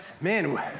Man